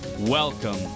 Welcome